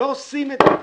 לא עושים את זה.